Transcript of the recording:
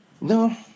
No